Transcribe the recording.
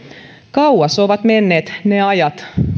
kauas ovat menneet ne ajat